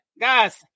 Guys